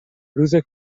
روز